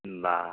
বা